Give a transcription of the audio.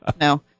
No